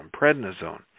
prednisone